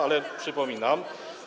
ale przypominam.